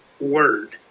word